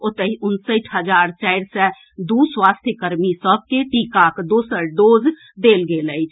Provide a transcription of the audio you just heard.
ओतहि उनसठि हजार चारि सए दू स्वास्थ्य कर्मी सभ के टीकाक दोसर डोज देल गेल अछि